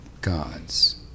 gods